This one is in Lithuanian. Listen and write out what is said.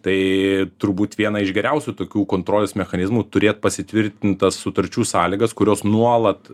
tai turbūt viena iš geriausių tokių kontrolės mechanizmų turėt pasitvirtintas sutarčių sąlygas kurios nuolat